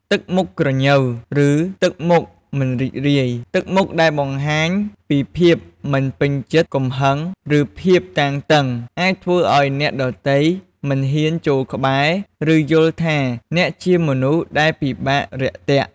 ទឹកមុខក្រញ៉ូវ ឬទឹកមុខមិនរីករាយ ទឹកមុខដែលបង្ហាញពីភាពមិនពេញចិត្ត កំហឹង ឬភាពតានតឹង អាចធ្វើឲ្យអ្នកដទៃមិនហ៊ានចូលក្បែរ ឬយល់ថាអ្នកជាមនុស្សដែលពិបាករាក់ទាក់។